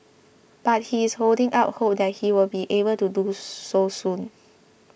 but he is holding out hope that he will be able to do so soon